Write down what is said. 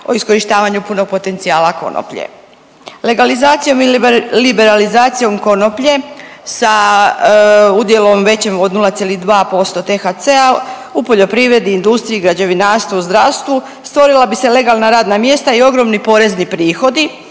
o iskorištavanju punog potencijala konoplje. Legalizacijom i liberalizacijom konoplje sa udjelom većim od 0,2% u poljoprivredi, industriji, građevinarstvu, zdravstvu stvorila bi se legalna radna mjesta i ogromni porezni prihodi